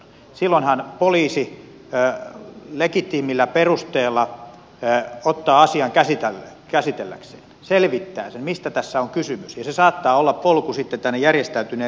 silloinhan poliisi legitiimillä perusteella ottaa asian käsitelläkseen selvittää sen mistä tässä on kysymys ja se saattaa olla polku tänne järjestäytyneen rikollisuuden jäljille